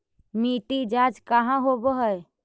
मिट्टी जाँच कहाँ होव है?